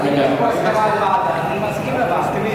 אבל אם יש הסכמה לוועדה אנחנו נסכים לוועדה.